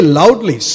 loudly